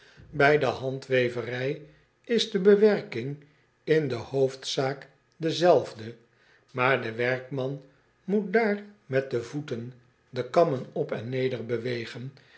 ij de handweverij is de bewerking in de hoofdzaak dezelfde maar de werkman moet daar met de voeten de kammen op en neder bewegen